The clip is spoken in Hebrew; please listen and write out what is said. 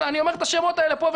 אני אומר את השמות האלה פה,